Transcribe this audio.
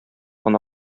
гына